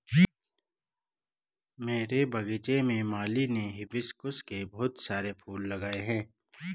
मेरे बगीचे में माली ने हिबिस्कुस के बहुत सारे फूल लगाए हैं